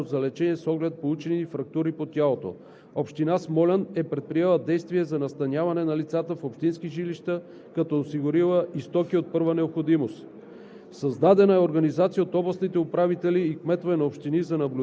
за оказване на медицинска помощ. Шест лица са прегледани, като едно дете е оставено за лечение с оглед получени фрактури по тялото. Община Смолян е предприела действия за настаняване на лицата в общински жилища, като е осигурила и стоки от първа необходимост.